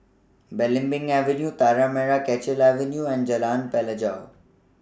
Belimbing Avenue Tanah Merah Kechil Avenue and Jalan Pelajau